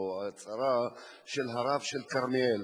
על הצהרה של הרב של כרמיאל,